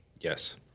Yes